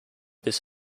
this